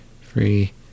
free